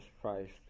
Christ